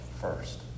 first